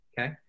Okay